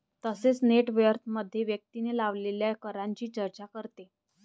तसेच नेट वर्थमध्ये व्यक्तीने लावलेल्या करांची चर्चा करते